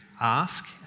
ask